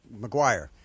McGuire